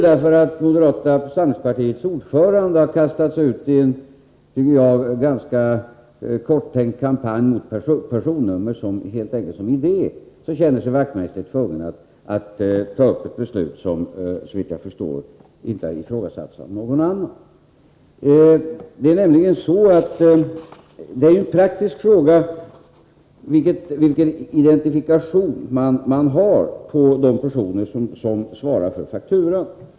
På grund av att moderata samlingspartiets ordförande nu har kastat sig ut i en, som jag tycker, ganska korttänkt kampanj mot personnummer som idé känner sig Knut Wachtmeister tvungen att här ta upp ett beslut som, såvitt jag förstår, inte har ifrågasatts av någon annan. Det är en praktisk fråga vilken identifikation man har på den person som svarar för fakturan.